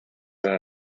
las